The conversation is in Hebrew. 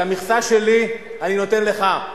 את המכסה שלי אני נותן לך.